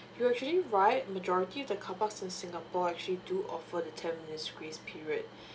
you actually right majority of the carpark in singapore actually do offer the ten minutes grace period